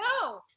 no